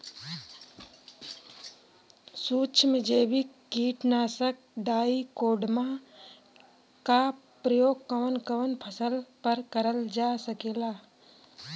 सुक्ष्म जैविक कीट नाशक ट्राइकोडर्मा क प्रयोग कवन कवन फसल पर करल जा सकेला?